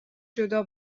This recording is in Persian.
جدا